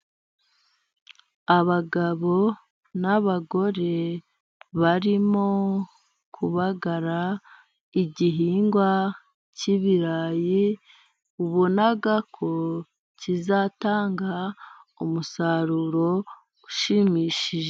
Abagabo n'abagore barimo kubagara igihingwa cy'ibirayi ubona ko kizatanga umusaruro ushimishije.